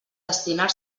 destinar